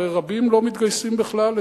הרי רבים לא מתגייסים בכלל,